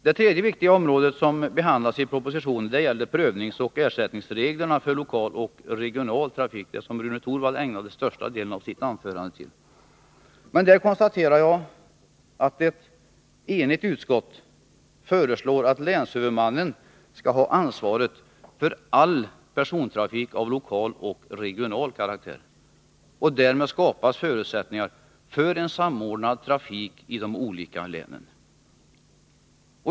Det tredje viktiga område som behandlas i propositionen gäller prövningsoch ersättningsreglerna för lokal och regional trafik, som Rune Torwald ägnade största delen av sitt anförande åt. Där konstaterar jag att ett enigt utskott föreslår att länshuvudmannen skall ha ansvaret för all persontrafik av lokal och regional karaktär. Därmed skapas förutsättningar för en samordnad trafik i de olika länen.